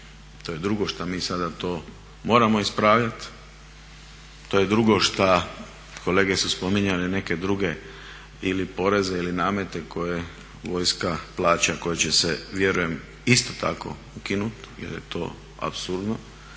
To je drugo što mi sada to moramo ispravljati. To je drugo šta kolege su spominjale neke druge ili poreze ili namete koje vojska plaća, koji će se vjerujem isto tako ukinuti jer je to apsurdno.